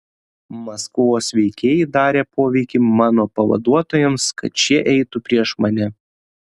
maskvos veikėjai darė poveikį mano pavaduotojams kad šie eitų prieš mane